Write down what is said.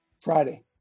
friday